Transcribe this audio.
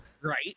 Right